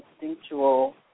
instinctual